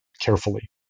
carefully